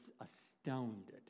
astounded